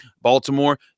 Baltimore